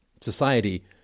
society